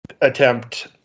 attempt